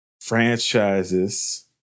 franchises